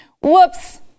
Whoops